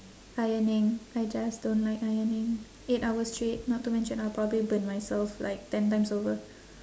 ironing I just don't like ironing eight hours straight not to mention I'll probably burn myself like ten times over